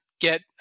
get